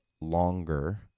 longer